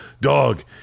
dog